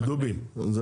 דובי, זה